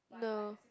no